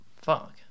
fuck